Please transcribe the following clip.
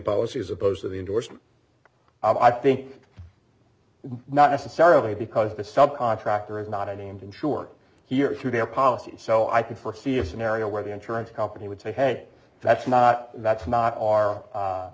policy as opposed to the endorsement i think not necessarily because the sub contractor is not a named insured here through their policies so i could foresee a scenario where the insurance company would say hey that's not that's not our